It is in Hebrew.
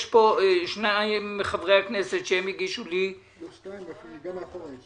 יש פה שניים מחברי הכנסת שהגישו לי --- גם מאחורה יש.